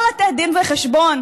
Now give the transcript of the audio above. לא לתת דין וחשבון.